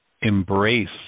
embrace